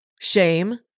shame